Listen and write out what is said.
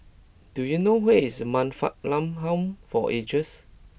do you know where is Man Fatt Lam Home for Ageds